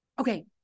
Okay